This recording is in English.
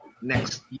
next